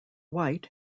white